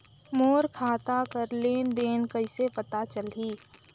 मोर खाता कर लेन देन कइसे पता चलही?